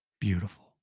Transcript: beautiful